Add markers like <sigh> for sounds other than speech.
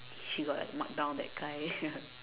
she got like mark down that guy <laughs>